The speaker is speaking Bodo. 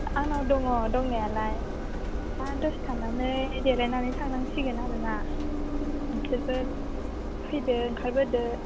आंनाव दङ दंनायालाय दा दसे थानानै देलायनानै थांनांसिगोन आरोना नोंसोरबो फैदो ओंखारबोदो